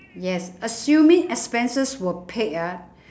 yes assuming expenses were paid ah